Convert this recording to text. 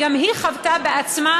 וגם היא חוותה בעצמה,